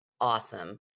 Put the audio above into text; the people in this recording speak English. awesome